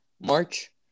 March